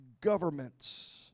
governments